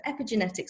Epigenetics